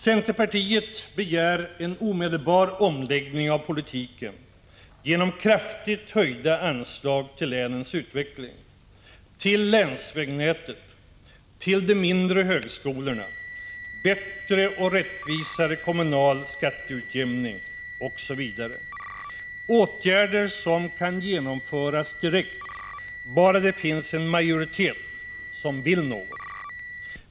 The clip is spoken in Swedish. Centerpartiet begär en omedelbar omläggning av politiken genom kraftigt höjda anslag till länens utveckling, till länsvägnät, till de mindre högskolorna, bättre och rättvisare kommunal skatteutjämning osv. Åtgärder som kan genomföras direkt bara det finns en majoritet som vill något.